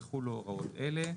יחולו הוראות אלה:"